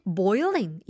boiling